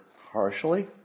harshly